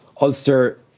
Ulster